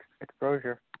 exposure